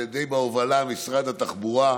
בהובלה של משרד התחבורה,